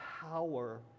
power